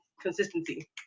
consistency